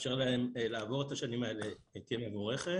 שתאפשר להם לעבור את השנים האלה, היא תהיה מבורכת.